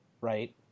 Right